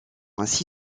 ainsi